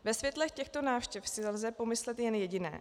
Ve světle těchto návštěv si lze pomyslet jen jediné.